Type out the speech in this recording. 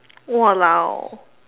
!walao!